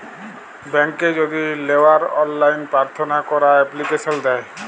ব্যাংকে যদি লেওয়ার অললাইন পার্থনা ক্যরা এপ্লিকেশন দেয়